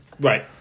Right